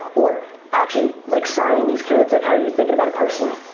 or actually like signing these kids? like how are you thinking about it personally?